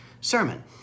sermon